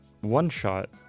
one-shot